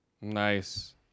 Nice